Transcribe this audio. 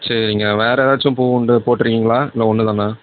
சரிங்க வேறு எதாச்சும் பூ உண்டு போட்டுருக்கீங்களா இல்லை ஒன்று தானா